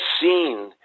seen